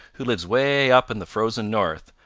who lives way up in the frozen north,